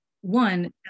One